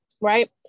right